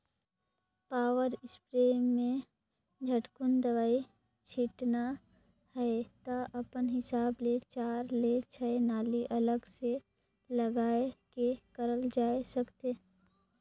power sprayer में झटकुन दवई छिटना हे त अपन हिसाब ले चार ले छै नली अलग से लगाये के करल जाए सकथे